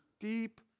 deep